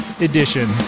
Edition